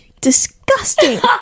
Disgusting